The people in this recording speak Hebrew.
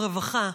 רווחה,